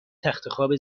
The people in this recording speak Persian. تختخواب